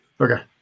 Okay